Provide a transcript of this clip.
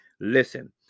Listen